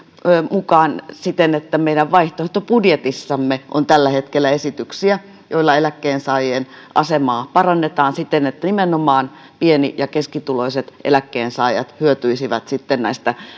mukaan siten että meidän vaihtoehtobudjetissamme on tällä hetkellä esityksiä joilla eläkkeensaajien asemaa parannetaan siten että nimenomaan pieni ja keskituloiset eläkkeensaajat hyötyisivät näistä